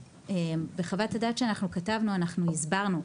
בחוות הדעת שאנחנו כתבנו אנחנו הסברנו.